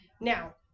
Now